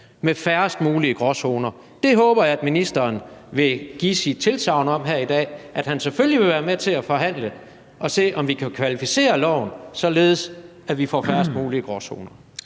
med færrest mulige gråzoner. Jeg håber, at ministeren her i dag vil give sit tilsagn om, at han selvfølgelig vil være med til at forhandle og se, om vi kan kvalificere loven, således at vi får færrest mulige gråzoner.